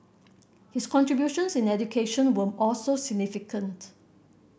his contributions in education were also significant